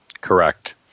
Correct